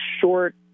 short